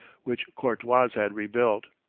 which courtois had rebuilt.